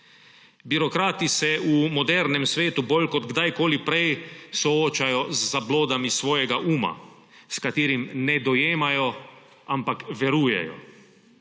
Birokrati se v modernem svetu bolj kot kdajkoli prej soočajo z zablodami svojega uma, s katerim ne dojemajo, ampak verujejo.